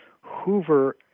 Hoover